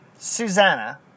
Susanna